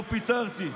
לא פיטרתי.